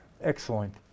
excellent